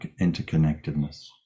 interconnectedness